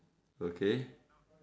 okay